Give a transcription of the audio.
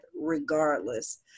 regardless